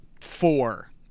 four